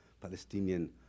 Palestinian